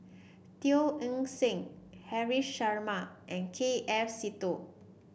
Teo Eng Seng Haresh Sharma and K F Seetoh